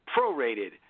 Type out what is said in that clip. prorated